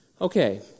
Okay